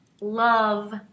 love